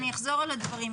אני אחזור על הדברים.